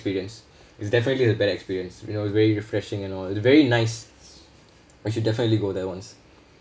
experience is definitely the better experience you know very refreshing and all it's very nice I should definitely go there once